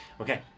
okay